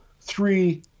three